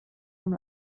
amb